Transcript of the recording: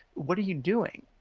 what are you doing?